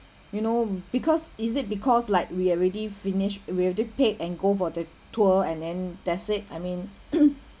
you know because is it because like we are already finished we already paid and go for the tour and then that's it I mean